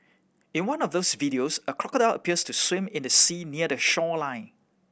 in one of these videos a crocodile appears to swim in the sea near the shoreline